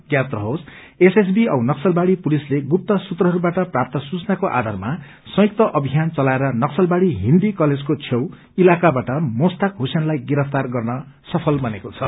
ज्ञात रहोस एसएसबी औ नक्सलबाड़ी पुलिसले गुप्त सूत्रहरूबाट प्राप्त सूचनाको आधारमा संयुक्त अभियान चलाएर नक्सलबाड़ी हिन्दी कालेजको छेउ इलकाबाट मोस्ताक हुसेनलाई गिरफ्तार गर्नसफल बनेको छ